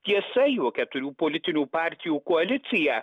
tiesa jo keturių politinių partijų koalicija